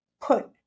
put